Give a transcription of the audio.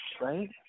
right